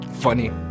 Funny